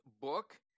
book